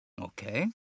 Okay